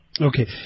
Okay